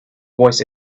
voice